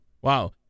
Wow